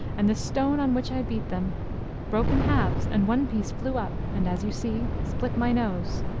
and the stone on which i beat them broke in halves, and one piece flew up, and, as you see, split my nose.